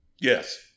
Yes